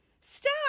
Stop